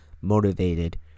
motivated